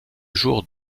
jour